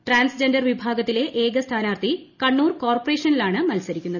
transgender വിഭാഗ്ഗത്തിലെ ഏക സ്ഥാനാർത്ഥി കണ്ണൂർ കോർപ്പറേഷനിലാണ് മത്സരിക്കുന്നത്